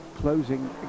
closing